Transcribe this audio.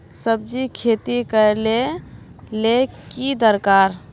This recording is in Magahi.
सब्जी खेती करले ले की दरकार?